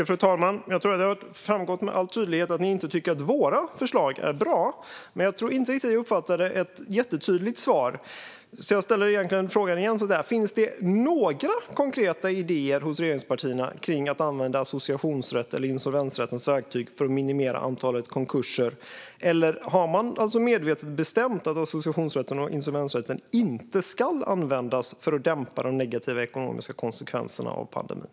Fru talman! Det har framgått tydligt att ni inte tycker att våra förslag är bra, Emma Hult. Men jag uppfattade inte riktigt ett tydligt svar. Därför ställer jag frågan igen. Har regeringspartierna några konkreta idéer när det gäller att använda associationsrättens eller insolvensrättens verktyg för att minimera antalet konkurser? Eller har man medvetet bestämt att associationsrätten och insolvensrätten inte ska användas för att dämpa de negativa ekonomiska konsekvenserna av pandemin?